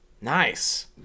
Nice